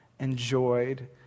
enjoyed